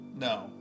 No